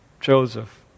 Joseph